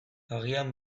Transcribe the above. agian